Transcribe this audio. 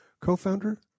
co-founder